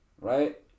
Right